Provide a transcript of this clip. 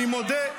אני מודה,